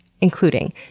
including